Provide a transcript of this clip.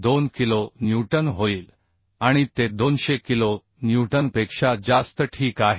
2 kilo newton होईल आणि ते 200 किलो न्यूटनपेक्षा जास्त ठीक आहे